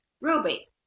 Ruby